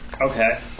Okay